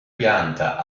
pianta